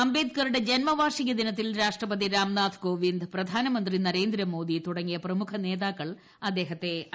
അംബേദ്കറുടെ ജന്മവാർഷികദിനത്തിൽ രാഷ്ട്രപതി രാംനാഥ് കോവിന്ദ് പ്രധാനമന്ത്രി നരേന്ദ്രമോദി തുടങ്ങിയ പ്രമുഖ്ച നേതാക്കൾ അദ്ദേഹത്തെ അനുസ്മരിച്ചു